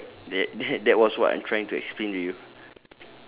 ya correct that that that was what I'm trying to explain to you